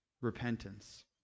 repentance